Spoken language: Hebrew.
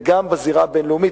וגם בזירה הבין-לאומית.